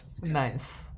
Nice